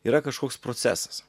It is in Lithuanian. yra kažkoks procesas